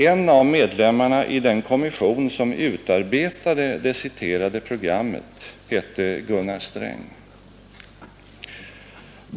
En av medlemmarna i den kommission som utarbetade det senast citerade programmet hette — Gunnar Sträng.